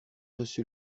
reçu